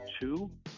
two